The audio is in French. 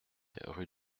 rue